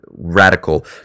radical